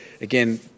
again